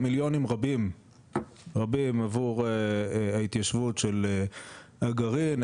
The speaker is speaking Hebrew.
מיליונים רבים עבור ההתיישבות של הגרעין,